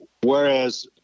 Whereas